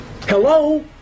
Hello